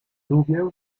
lubię